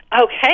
Okay